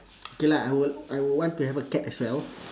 okay lah I would I would want to have a cat as well